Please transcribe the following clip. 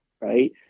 right